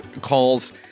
calls